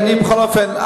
בכל אופן,